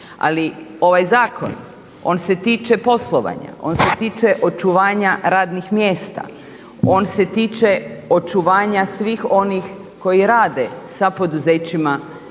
Ali ovaj zakon on se tiče poslovanja, on se tiče očuvanja radnih mjesta, on se tiče očuvanja svih onih koji rade sa poduzećima